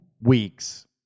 weeks